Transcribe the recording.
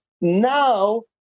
Now